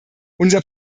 unser